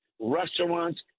Restaurants